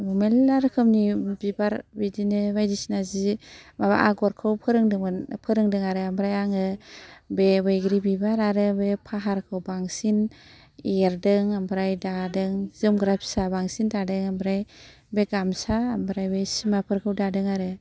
मेरला रोखोमनि बिबार बिदिनो बायदिसिना जि माबा आगरखौ फोरोंदोंमोन फोरोंदों आरो ओमफ्राय आङो बे बैग्रि बिबार आरो बे फाहारखौ बांसिन एरदों ओमफ्राय दादों जोमग्रा फिसा बांसिन दादों ओमफ्राय बे गामसा ओमफ्राय बे सिमाफोरखौ दादों आरो